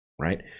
right